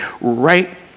right